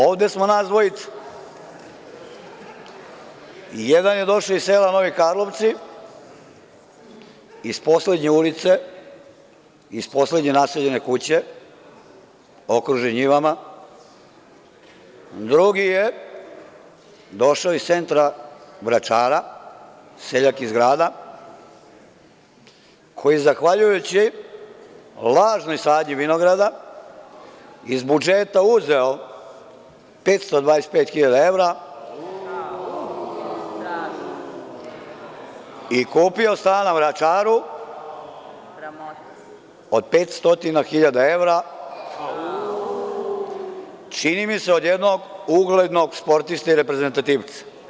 Ovde smo nas dvojica, i jedan je došao iz sela Novi Karlovci, iz poslednje ulice, iz poslednje naseljene kuće, okružen njivama, drugi je došao iz centra Vračara, seljak iz grada, koji je zahvaljujući lažnoj sadnji vinograda iz budžeta uzeo 525.000 evra i kupio stan na Vračaru od pet stotina hiljada evra, čini mi se od jednog uglednog sportiste i reprezentativca.